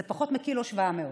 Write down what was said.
שזה פחות מ-1.7 קילו.